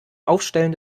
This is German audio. aufstellen